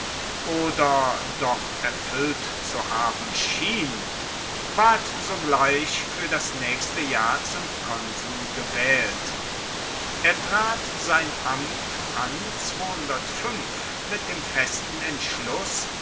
oder doch erfuellt zu haben schien ward sogleich fuer das naechste jahr zum konsul gewaehlt er trat sein amt an mit dem festen entschluss